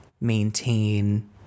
maintain